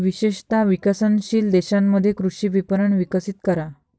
विशेषत विकसनशील देशांमध्ये कृषी विपणन विकसित करा